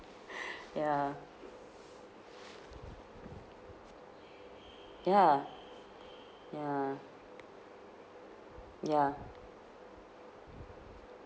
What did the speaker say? ya ya ya ya